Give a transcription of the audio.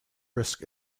risk